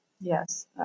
Yes